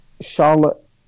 Charlotte